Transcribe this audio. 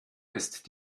ist